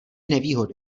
nevýhody